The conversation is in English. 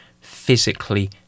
physically